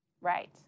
Right